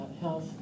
health